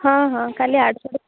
ହଁ ହଁ କାଲି ଆଡ଼ୁ ସାଡ଼ୁ ଖାଇ ଦେଇଛନ୍ତି